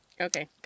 Okay